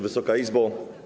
Wysoka Izbo!